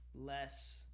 less –